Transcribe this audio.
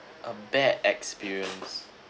a bad experience